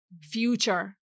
future